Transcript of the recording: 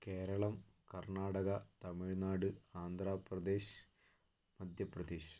Keralam Karnataka Tamil Nadu Andhra Pradesh Madhya Pradesh